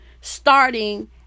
starting